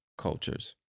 cultures